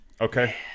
okay